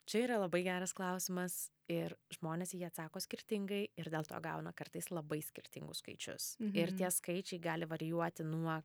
čia yra labai geras klausimas ir žmonės į jį atsako skirtingai ir dėl to gauna kartais labai skirtingus skaičius ir tie skaičiai gali varijuoti nuo